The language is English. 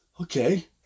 okay